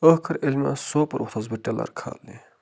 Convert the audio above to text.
ٲخر ییٚلہِ مےٚ سوپور ووٚتھُس بہٕ ٹِلَر کھالنہِ